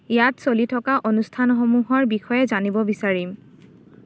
ইয়াত চলি থকা অনুষ্ঠানসমূহৰ বিষয়ে জানিব বিচাৰিম